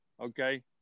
okay